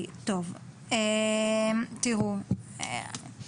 אנחנו דיברנו לא מעט פעמים לעניין אותו מתווה.